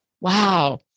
wow